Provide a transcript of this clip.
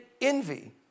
envy